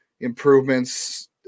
improvements